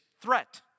threat